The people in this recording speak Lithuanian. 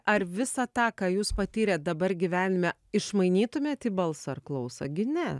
ar visą tą ką jūs patyrėt dabar gyvenime išmainytumėt į balsą ar klausą gi ne